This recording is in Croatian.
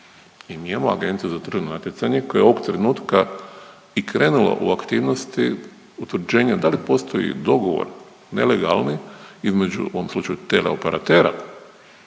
I mi imamo Agenciju za tržišno natjecanje koja je ovog trenutka i krenula u aktivnosti utvrđenja da li postoji dogovor nelegalni između u ovom slučaju teleoperatera